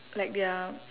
like they are